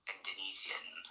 Indonesian